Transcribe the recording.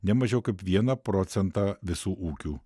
ne mažiau kaip vieną procentą visų ūkių